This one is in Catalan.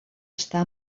està